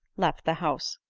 left the house.